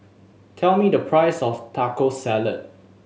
tell me the price of Taco Salad